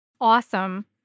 Awesome